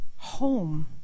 home